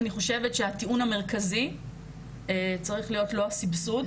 אני חושבת שהטיעון המרכזי צריך להיות לא הסבסוד